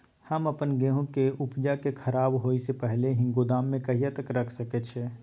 हम अपन गेहूं के उपजा के खराब होय से पहिले ही गोदाम में कहिया तक रख सके छी?